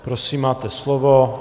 Prosím, máte slovo.